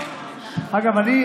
אגב אני,